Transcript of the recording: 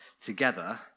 together